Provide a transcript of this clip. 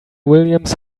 williams